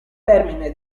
termine